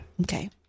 Okay